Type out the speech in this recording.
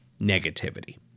negativity